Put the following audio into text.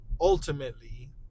ultimately